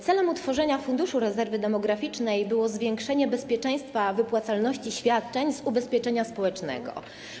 Celem utworzenia Funduszu Rezerwy Demograficznej było zwiększenie bezpieczeństwa wypłacalności świadczeń z ubezpieczenia społecznego.